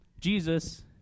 Jesus